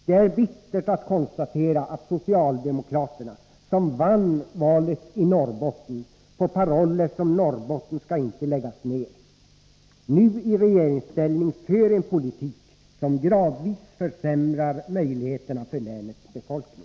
Det är bittert att konstatera att socialdemokraterna, som vann valet i Norrbotten på paroller som ”Norrbotten skall inte läggas ner”, nu i regeringsställning för en politik som gradvis försämrar möjligheterna för länets befolkning.